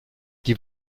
die